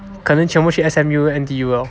可能全部去 S_M_U N_T_U lor